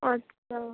আচ্ছা